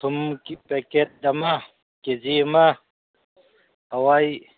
ꯊꯨꯝ ꯄꯦꯀꯦꯠ ꯑꯃ ꯀꯦꯖꯤ ꯑꯃ ꯍꯋꯥꯏ